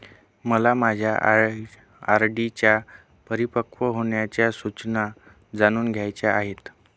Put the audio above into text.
मला माझ्या आर.डी च्या परिपक्व होण्याच्या सूचना जाणून घ्यायच्या आहेत